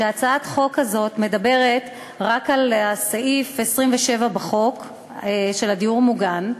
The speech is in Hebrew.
והצעת החוק הזאת מדברת רק על סעיף 27 בחוק של הדיור המוגן,